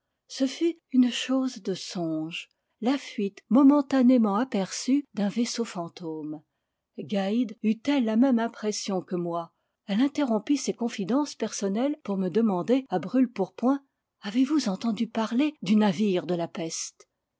ce fut une chose de songe la fuite momentanément aperçue d'un vaisseau fantôme gaïd eut-elle la même impression que moi elle interrompit ses confidences personnelles pour me demander à brûle-pourpoint avez-vous entendu parler du navire de la peste